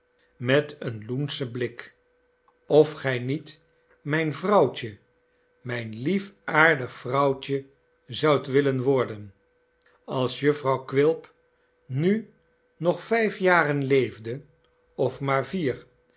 met een loenschen blik of gij niet mijn vrouwtje mijn lief aardig vrouwtje zoudt willen worden als jufvrouw quilp nu nog vijf jaren leefde of maar vier